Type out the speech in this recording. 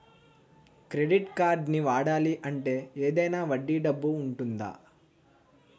Credit కార్డ్ని వాడాలి అంటే ఏదైనా వడ్డీ డబ్బు ఉంటుందా?